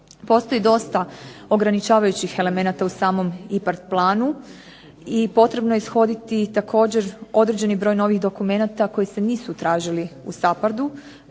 Postoji dosta ograničavajućih elemenata u samom IPARD planu i potrebno je ishoditi također određeni broj novih dokumenata koji se nisu tražili u SAPARD-u.